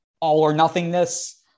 all-or-nothingness